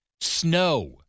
snow